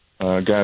guys